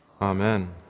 Amen